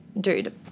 dude